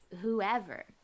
whoever